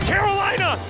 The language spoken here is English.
Carolina